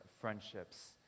friendships